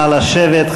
נא לשבת,